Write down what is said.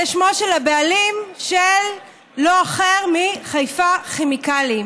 זה שמו של הבעלים של לא אחר מחיפה כימיקלים.